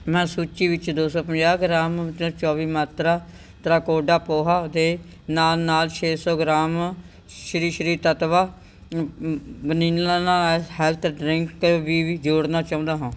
ਮੈਂ ਸੂਚੀ ਵਿੱਚ ਦੋ ਸੌ ਪੰਜਾਹ ਗ੍ਰਾਮ ਚੌਵੀ ਮਾਤਰਾ ਤਰਾ ਕੰਡਾ ਪੋਹਾ ਦੇ ਨਾਲ ਨਾਲ ਛੇ ਸੌ gram Shri Shri Tattva vanilla health drink ਵੀ ਜੋੜਨਾ ਚਾਹੁੰਦਾ ਹਾਂ